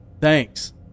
Thanks